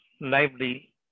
lively